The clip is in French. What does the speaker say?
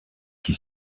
qui